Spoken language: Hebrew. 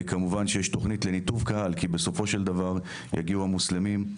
כמובן שיש תוכנית לניתוב קהל כי בסופו של דבר יגיעו המוסלמים,